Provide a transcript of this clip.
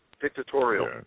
Dictatorial